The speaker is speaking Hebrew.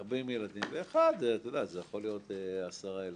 ולאחר זה יכול להיות ל-10 ילדים.